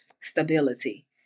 stability